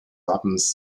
wappens